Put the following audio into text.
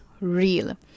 real